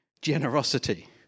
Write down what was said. generosity